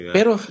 Pero